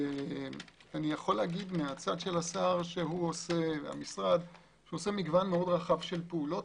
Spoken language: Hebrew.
המשרד והשר עושים מגוון רחב של פעולות